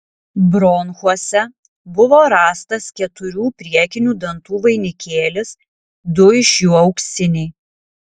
bronchuose buvo rastas keturių priekinių dantų vainikėlis du iš jų auksiniai